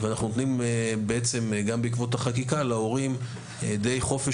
ואנחנו נותנים גם בעקבות החקיקה להורים חופש